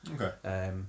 okay